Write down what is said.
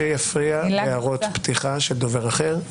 מי שיפריע בהערות פתיחה של דובר אחר,